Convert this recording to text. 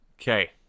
okay